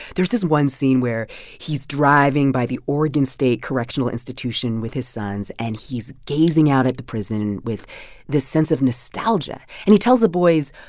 there's this one scene where he's driving by the oregon state correctional institution with his sons, and he's gazing out at the prison with this sense of nostalgia. and he tells the boys,